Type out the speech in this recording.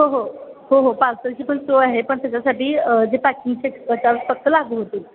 हो हो हो हो पार्सलची पण सोय आहे पण त्याच्यासाठी जे पॅकिंगचे चास फक्त लागू होतील